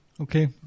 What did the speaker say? Okay